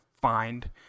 find